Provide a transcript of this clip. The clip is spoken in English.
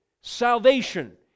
salvation